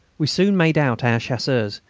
we soon made out our chasseurs,